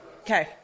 Okay